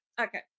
Okay